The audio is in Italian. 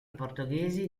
portoghesi